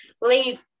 leave